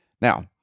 Now